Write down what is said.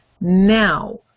now